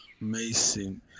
Amazing